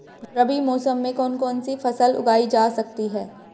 रबी मौसम में कौन कौनसी फसल उगाई जा सकती है?